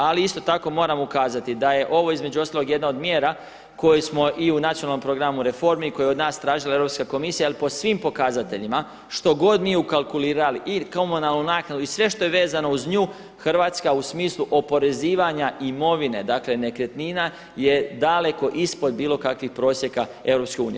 Ali isto tako moram ukazati da je ovo između ostalog jedna mjera koju smo i u nacionalnom programu reformi koju je od nas tražila Europska komisija, jer po svim pokazateljima, što god mi ukalkulirali i komunalnu naknadu i sve što je vezano uz nju, Hrvatska u smislu oporezivanja imovine dakle nekretnina je daleko ispod bilo kakvih prosjeka EU.